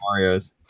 Marios